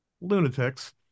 lunatics